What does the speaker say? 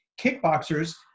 kickboxers